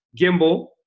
gimbal